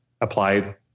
applied